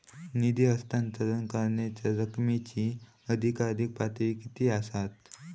निधी हस्तांतरण करण्यांच्या रकमेची अधिकाधिक पातळी किती असात?